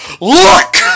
Look